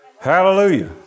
Hallelujah